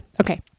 okay